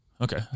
Okay